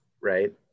right